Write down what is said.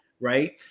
right